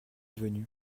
venu